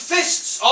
Fists